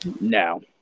No